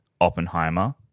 Oppenheimer